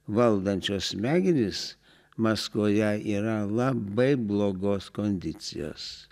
valdančios smegenys maskvoje yra labai blogos kondicijos